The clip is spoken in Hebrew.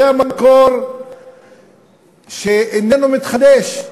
זה המקור שאיננו מתחדש.